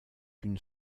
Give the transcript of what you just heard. une